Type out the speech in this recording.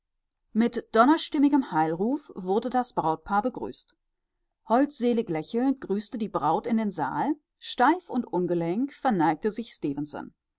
mit donnerstimmigem heilruf wurde das brautpaar begrüßt holdselig lächelnd grüßte die braut in den saal steif und ungelenk verneigte sich